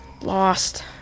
lost